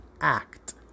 act